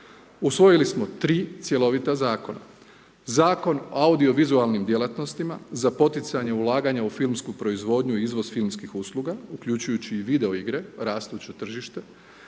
Usvojili smo 3 cjelovita zakona: Zakon o audiovizualnim djelatnostima za poticanje ulaganja u filmsku proizvodnju i izvoz filmskih usluga uključujući i videoigre rastuće tržište